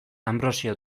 anbrosio